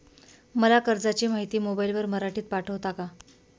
मला कर्जाची माहिती मोबाईलवर मराठीत पाठवता का?